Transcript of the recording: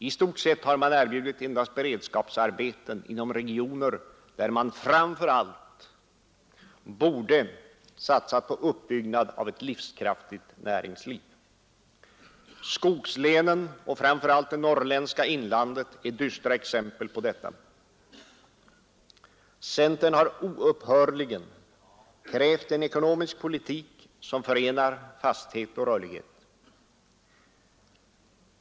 I stort sett har man erbjudit endast beredskapsarbeten inom regioner där man framför allt borde ha satsat på uppbyggnad av ett livskraftigt näringsliv. Skogslänen och i synnerhet det norrländska inlandet är dystra exempel på detta. Centern har oupphörligen krävt en ekonomisk politik som förenar fasthet och rörlighet.